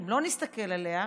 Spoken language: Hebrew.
אם לא נסתכל עליה,